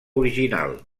original